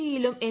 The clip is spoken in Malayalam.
ഇ യിലും എൻ